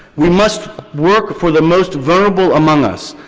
we must work for the most vulnerable among us.